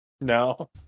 No